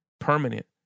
permanent